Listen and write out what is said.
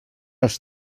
els